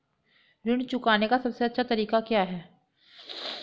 ऋण चुकाने का सबसे अच्छा तरीका क्या है?